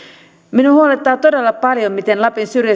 minua huolettaa todella paljon miten lapin syrjäseudun